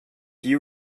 you